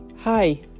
Hi